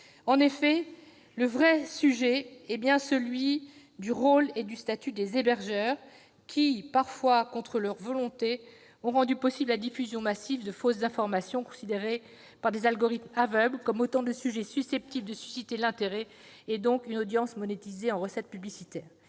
En effet, le vrai sujet est bien celui du rôle et du statut des hébergeurs, qui, parfois contre leur volonté, rendent possible la diffusion massive de fausses informations, considérées par des algorithmes aveugles comme autant de sujets susceptibles de susciter l'intérêt, donc une audience monétisée sous la forme de recettes publicitaires.